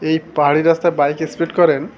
এই পাহাড়ি রাস্তায় বাইক স্কিড করেন